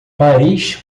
paris